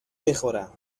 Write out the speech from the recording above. میخورم